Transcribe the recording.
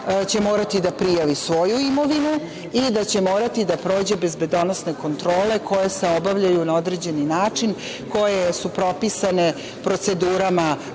će morati da prijavi svoju imovinu i da će morati da prođe bezbedonosne kontrole koje se obavljaju na određeni način koje su propisane procedurama